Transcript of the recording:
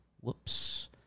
Whoops